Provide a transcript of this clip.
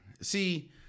see